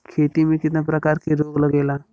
खेती में कितना प्रकार के रोग लगेला?